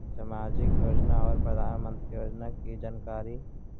समाजिक योजना और प्रधानमंत्री योजना की जानकारी?